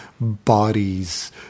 bodies